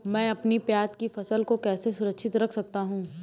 मैं अपनी प्याज की फसल को कैसे सुरक्षित रख सकता हूँ?